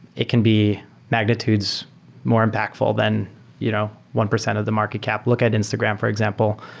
it can be magnitudes more impactful than you know one percent of the market cap. look at instagram, for example,